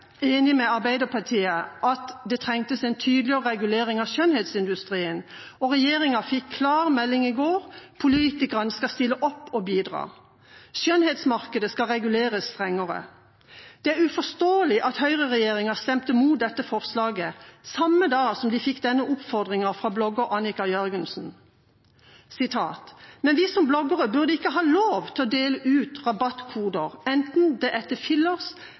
enig med Arbeiderpartiet i at det trengtes en tydeligere regulering av skjønnhetsindustrien. Regjeringa fikk klar melding i går: Politikerne skal stille opp og bidra. Skjønnhetsmarkedet skal reguleres strengere. Det er uforståelig at høyreregjeringa stemte imot dette forslaget samme dag som de fikk denne oppfordringen fra blogger Anniken Jørgensen: «Men vi som bloggere burde ikke ha lov til å dele ut rabattkoder, enten det